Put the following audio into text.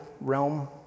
realm